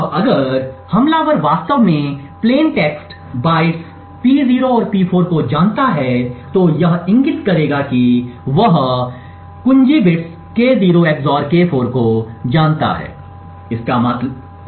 अब अगर हमलावर वास्तव में प्लेन टेक्स्ट बाइट्स P0 और P4 को जानता है तो यह इंगित करेगा कि वह कुंजी बिट्स K0 XOR K4 को जानता है